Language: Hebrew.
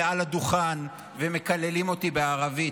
ומעל הדוכן מקללים אותי בערבית.